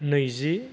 नैजि